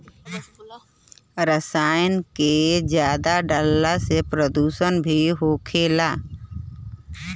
रसायन के अधिक डलला से प्रदुषण भी होला